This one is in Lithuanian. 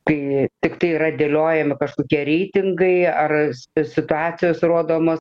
kai tiktai yra dėliojami kažkokie reitingai ar situacijos rodomos